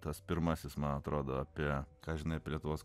tas pirmasis man atrodo apie ką žinai apie lietuvos